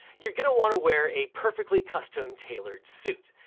you're gonna wanna wear a perfectly custom tailored suit.